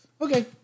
Okay